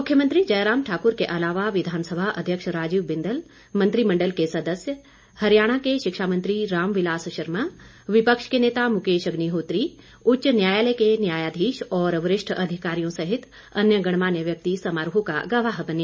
मुख्यमंत्री जयराम ठाकुर के अलावा विधानसभा अध्यक्ष राजीव बिंदल मंत्रिमण्डल के सदस्य हरियाणा के शिक्षा मंत्री राम विलास शर्मा विपक्ष के नेता मुकेश अग्निहोत्री उच्च न्यायालय के न्यायाधीश और वरिष्ठ अधिकारियों सहित अन्य गणमान्य व्यक्ति समारोह का गवाह बने